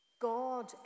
God